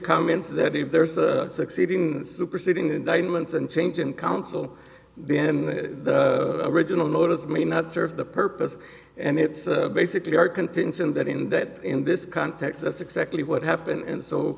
comments that if there's succeeding superseding indictments and change in council the end the original notice may not serve the purpose and it's basically our contingent that in that in this context that's exactly what happened and so